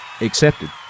accepted